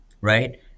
right